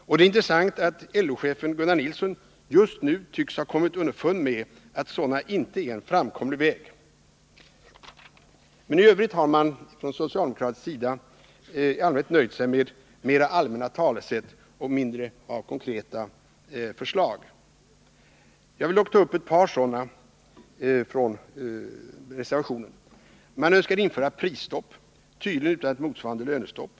Och det är intressant att LO-chefen Gunnar Nilsson just nu tycks ha kommit underfund med att införande av sådana inte är en framkomlig väg. I övrigt har man från socialdemokraternas sida i stort sett nöjt sig med mera allmänna talesätt, och man framför få konkreta förslag. Jag skall dock ta upp ett par sådana konkreta förslag från reservation 1. Socialdemokraterna önskar införa prisstopp — tydligen utan ett motsvarande lönestopp.